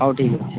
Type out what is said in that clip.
ହଉ ଠିକ୍ ଅଛି